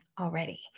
already